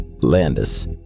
Landis